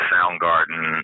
Soundgarden